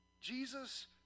Jesus